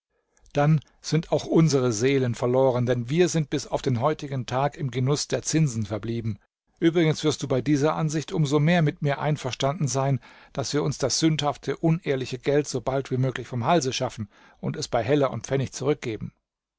dann sind auch unsere seelen verloren denn wir sind bis auf den heutigen tag im genuß der zinsen verblieben uebrigens wirst du bei dieser ansicht um so mehr mit mir einverstanden sein daß wir uns das sündhafte unehrliche geld so bald wie möglich vom halse schaffen und es bei heller und pfennig zurück